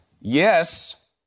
yes